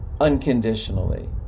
unconditionally